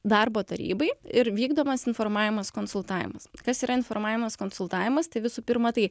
darbo tarybai ir vykdomas informavimas konsultavimas kas yra informavimas konsultavimas tai visų pirma tai